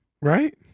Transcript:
Right